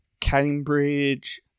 Cambridge